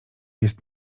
jest